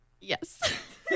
Yes